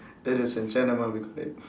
that is in we call it